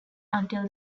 until